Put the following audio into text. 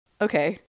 Okay